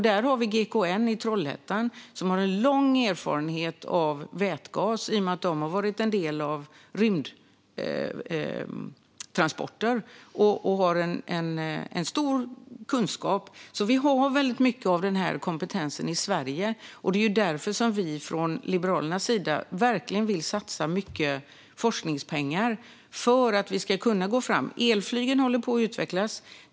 Där finns GKN i Trollhättan, som har lång erfarenhet av vätgas i och med att de har varit en del av rymdtransporter och har stor kunskap. Vi har väldigt mycket av denna kompetens i Sverige. Det är därför Liberalerna verkligen vill satsa mycket forskningspengar för att vi ska kunna gå fram. Elflygen håller på att utvecklas.